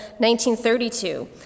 1932